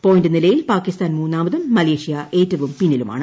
point നിലയിൽ പാക്കിസ്ഥാൻ മൂന്നാമതും Malaysia ഏറ്റവും പിന്നിലുമാണ്